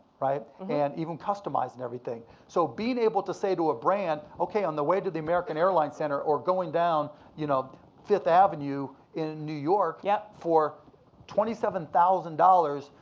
and even customized and everything. so being able to say to a brand, okay, on the way to the american airlines center, or going down you know fifth avenue in new york, yeah for twenty seven thousand dollars,